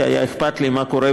כי היה אכפת לי מה קורה,